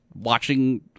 watching